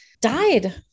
died